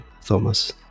Thomas